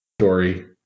story